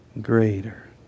greater